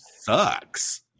sucks